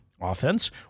offense